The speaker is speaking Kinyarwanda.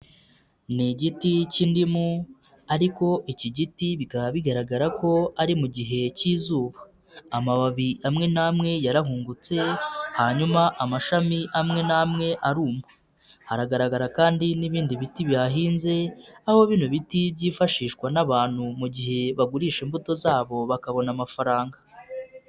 Ni igiti k'indimu ariko iki giti bikaba bigaragara ko ari mu gihe k'izuba, amababi amwe n'amwe yarahungutse hanyuma amashami amwe n'amwe aruma, haragaragara kandi n'ibindi biti bihinze aho bino biti byifashishwa n'abantu mu gihe bagurisha imbuto zabo bakabona amafaranga.